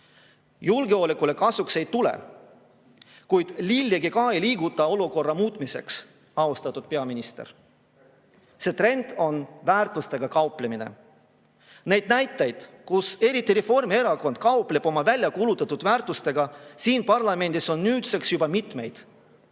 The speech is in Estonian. Julgeolekule kasuks ei tule, kuid lillegi ka ei liigutata olukorra muutmiseks, austatud peaminister! See trend on väärtustega kauplemine. Neid näiteid, kui eriti Reformierakond kaupleb oma väljakuulutatud väärtustega siin parlamendis, on nüüdseks juba mitmeid.